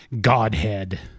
Godhead